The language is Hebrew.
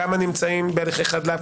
כמה נמצאים בהליכי חדלות פירעון,